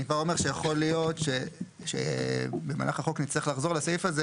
אני כבר אומר שבמהלך החוק אנחנו נצטרך לחזור לסעיף הזה